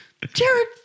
Jared